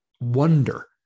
wonder